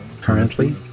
currently